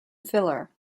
filler